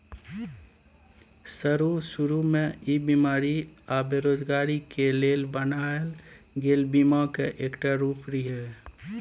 शरू शुरू में ई बेमारी आ बेरोजगारी के लेल बनायल गेल बीमा के एकटा रूप रिहे